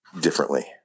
differently